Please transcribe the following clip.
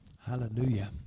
Hallelujah